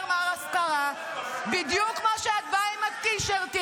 "מר הפקרה"; בדיוק כמו שאת באה עם הטישרטים,